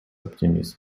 оптимизм